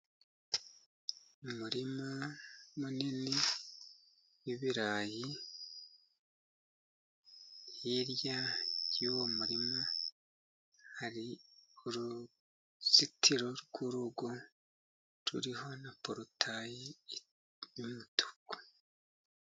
Umurima munini w'ibirayi, hirya y'uwo murima hari uruzitiro rw'urugo ruriho na porutayi y'umutuku.